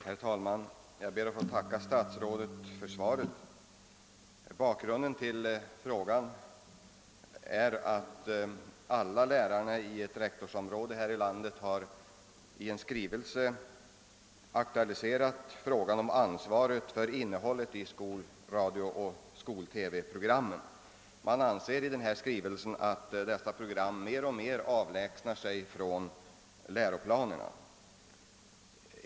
Herr talman! Jag ber att få tacka statsrådet för svaret. Bakgrunden till min fråga är att alla lärarna inom ett av landets rektorsområden i en skrivelse aktualiserat spörsmålet om ansvaret för innehållet i skolprogrammen i radio och TV. I skrivelsen framhålles att man i dessa program mer och mer avlägsnar sig från läroplanerna.